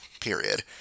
period